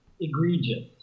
Egregious